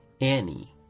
Annie